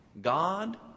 God